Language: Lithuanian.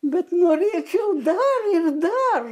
bet norėčiau dar ir dar